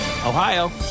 Ohio